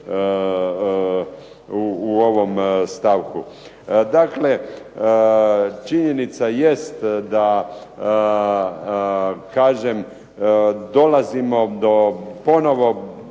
u ovom stavku. Dakle, činjenica jest da kažem dolazimo do jednog